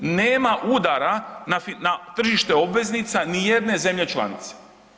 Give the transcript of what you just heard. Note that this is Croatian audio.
Nema udara na tržište obveznica nijedne zemlje članice.